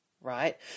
right